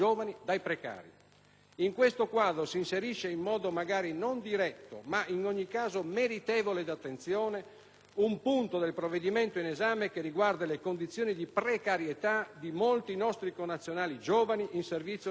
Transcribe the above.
In questo quadro si inserisce, in modo magari non diretto, ma in ogni caso meritevole di attenzione, un punto del provvedimento in esame che riguarda le condizioni di precarietà di molti nostri connazionali giovani in servizio nelle Forze armate.